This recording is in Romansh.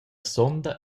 sonda